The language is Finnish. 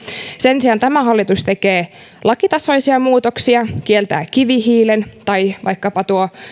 sen sijaan tämä hallitus tekee lakitasoisia muutoksia kieltää kivihiilen tai tuo vaikkapa